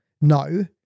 No